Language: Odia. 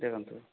ଦେଖନ୍ତୁ